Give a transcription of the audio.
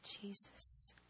Jesus